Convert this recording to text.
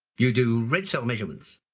you do red cell measurements,